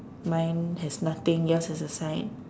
mine has nothing yours is a sign